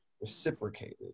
reciprocated